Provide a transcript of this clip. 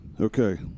Okay